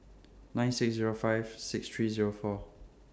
nine six Zero five six three Zero four